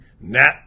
Nat